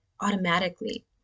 automatically